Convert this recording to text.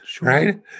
right